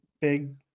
big